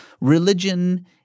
religion